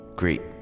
great